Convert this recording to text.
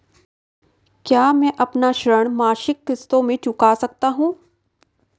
क्या मैं अपना ऋण मासिक किश्तों में चुका सकता हूँ?